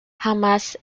hamas